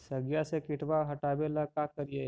सगिया से किटवा हाटाबेला का कारिये?